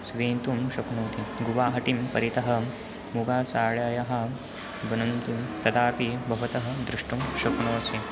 स्वीकर्तुं शक्नोति गुवाहटिं परितः मुगासाडायः बनन्तुं तदापि भवतः द्रष्टुं शक्नोसि